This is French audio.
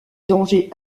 dangers